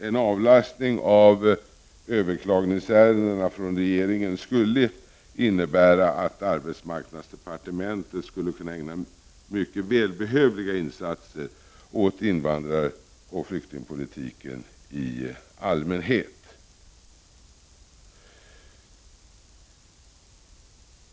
En avlastning av överklagningsärendena från regeringen skulle innebära att arbetsmarknadsdepartementet skulle kunna ägna sig åt mycket välbehövliga insatser för invandraroch flyktingpolitiken i allmänhet.